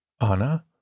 Anna